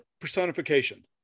personification